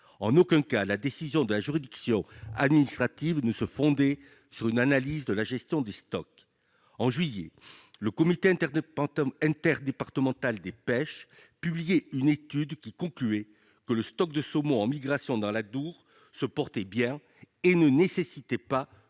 En aucun cas, la décision de la juridiction administrative ne se fondait sur une analyse de la gestion des stocks. En juillet, le comité interdépartemental des pêches publiait une étude selon laquelle le stock de saumons en migration dans l'Adour se portait bien et ne nécessitait pas